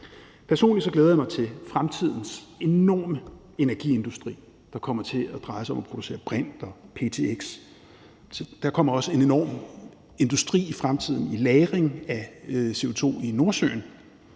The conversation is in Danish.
Personligt glæder jeg mig til fremtidens enorme energiindustri, der kommer til at dreje sig om at producere brint og ptx. Der kommer også en enorm industri i fremtiden for lagring af CO2 i Nordsøen.